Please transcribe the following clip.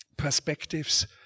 perspectives